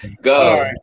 Go